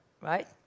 right